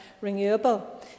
renewable